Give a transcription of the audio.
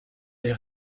les